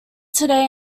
today